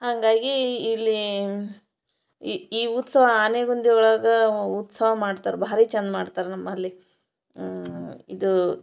ಹಂಗಾಗೀ ಇಲ್ಲಿ ಈ ಉತ್ಸವ ಆನೆಗುಂದಿ ಒಳಗೆ ಉತ್ಸವ ಮಾಡ್ತಾರೆ ಭಾರಿ ಚೆಂದ ಮಾಡ್ತಾರೆ ನಮ್ಮಲ್ಲಿ ಇದು